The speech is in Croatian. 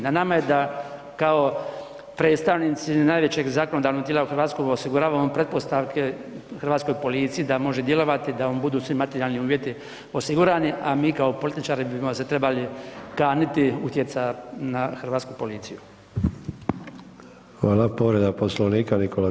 Na nama je da kao predstavnici najvećeg zakonodavnog tijela u RH osiguravamo pretpostavke hrvatskoj policiji da može djelovati, da im budu svi materijalni uvjeti osigurani, a mi kao političari bi se trebali kaniti utjecaja na hrvatsku policiju.